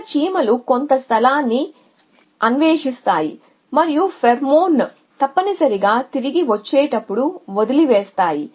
ఇక్కడ చీమలు కొంత స్థలాన్ని అన్వేషిస్తాయి మరియు ఫేరో మోన్ను తప్పనిసరిగా తిరిగి వచ్చేటప్పుడు వదిలివేస్తాయి